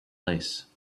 lace